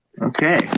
okay